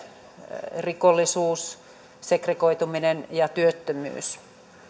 rikollisuus segregoituminen ja työttömyys